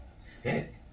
Stick